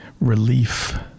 relief